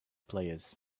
players